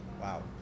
Wow